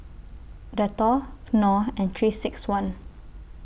Dettol Knorr and three six one